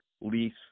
lease